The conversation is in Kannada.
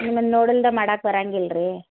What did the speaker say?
ನಿಮ್ಮನ್ನ ನೋಡುಲ್ದ ಮಾಡಕ್ಕೆ ಬರಂಗಿಲ್ಲ ರೀ